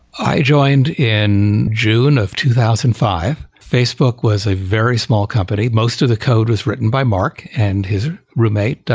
i joined in june of two thousand and five. facebook was a very small company. most of the code was written by mark and his roommate,